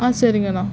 ஆ சரிங்கண்ணா